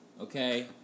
okay